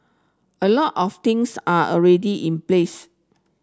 a lot of things are already in place